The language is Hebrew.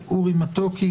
אורי מתוקי,